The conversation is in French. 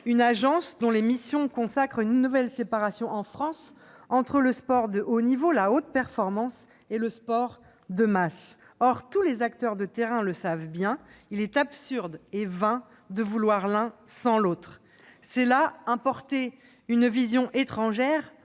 d'une agence dont les missions consacrent une nouvelle séparation en France entre le sport de haut niveau- la haute performance -et le sport de masse. Or tous les acteurs de terrain le savent : il est absurde et vain de vouloir l'un sans l'autre. C'est là importer une vision étrangère,